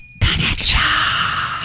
Connection